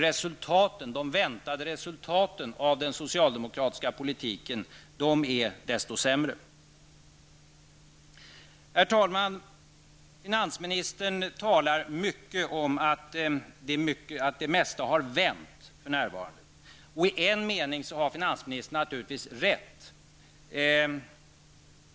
Men de väntade resultaten av den socialdemokratiska politiken är desto sämre. Herr talman! Finansministern talar mycket om att det mesta har vänt för närvarande. I en mening har finansministern naturligtvis rätt.